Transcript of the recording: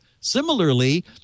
Similarly